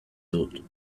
dut